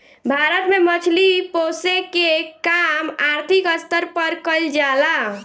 भारत में मछली पोसेके के काम आर्थिक स्तर पर कईल जा ला